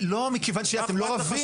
לא, מכיוון שאתם לא רבים.